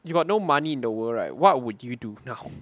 you got no money in the world right what would you do now